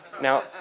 Now